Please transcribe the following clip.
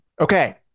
Okay